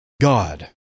God